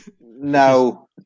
No